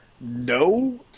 no